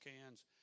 cans